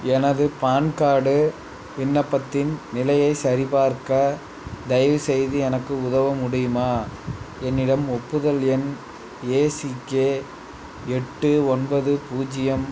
எனது PAN card விண்ணப்பத்தின் நிலையைச் சரிபார்க்க தயவு செய்து எனக்கு உதவ முடியுமா என்னிடம் ஒப்புதல் எண் ஏசிகே எட்டு ஒன்பது பூஜ்ஜியம்